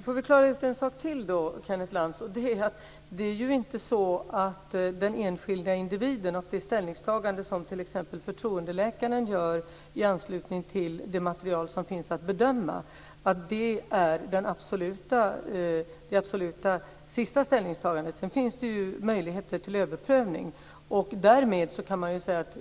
Herr talman! Vi får klara ut ytterligare en sak, Kenneth Lanz. Det ställningstagande som t.ex. förtroendeläkaren gör i anslutning till det material som finns att bedöma är inte det absolut sista ställningstagandet för den enskilda individen. Sedan finns det ju möjligheter till överprövning. Och därmed kan man ju säga att